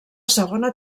segona